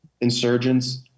insurgents